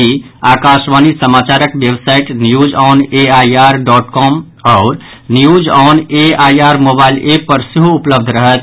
ई आकाशवाणी समाचारक website news on AIR dot com आओर news on AIR mobile app पर सेहो उपलब्ध रहत